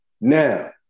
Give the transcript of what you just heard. Now